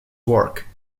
work